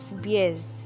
beers